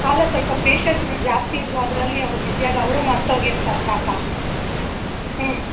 ಅಲ್ಲ ಸ್ವಲ್ಪ ಪೇಷಂಟ್ಗಳು ಜಾಸ್ತಿ ಇದ್ದರು ಅದರಲ್ಲಿ ಅವ್ರು ಬ್ಯುಸಿಯಾಗಿ ಅವರು ಮರ್ತು ಹೋಗಿರ್ತಾರ್ ಪಾಪ ಹ್ಞೂ